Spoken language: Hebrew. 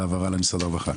בהעברה למשרד הרווחה.